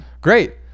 Great